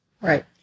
Right